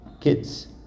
Kids